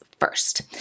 first